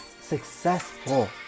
successful